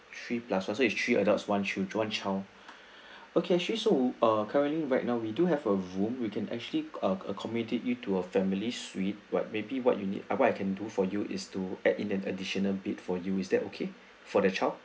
three plus one so it's three adults one childre~ one child okay actually so uh currently right now we do have a room we can actually err accommodate you to a family suite what maybe what you need ah what I can do for you is to add in an additional bed for you is that okay for the child